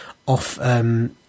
off